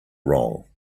wrong